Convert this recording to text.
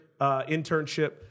internship